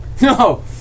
No